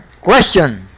Question